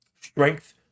strength